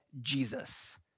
Jesus